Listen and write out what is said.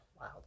wow